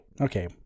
Okay